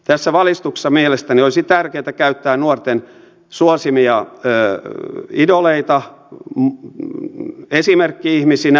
tässä valistuksessa mielestäni olisi tärkeätä käyttää nuorten suosimia idoleita esimerkki ihmisinä